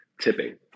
tipping